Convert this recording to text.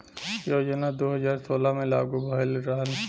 योजना दू हज़ार सोलह मे लागू भयल रहल